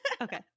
Okay